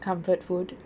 comfort food